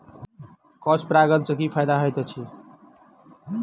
Cross परागण सँ की फायदा हएत अछि?